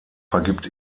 vergibt